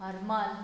Harmal